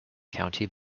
county